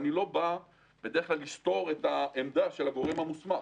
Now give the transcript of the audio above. אני לא בא לסתור את העמדה של הגורם המוסמך.